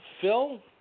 Phil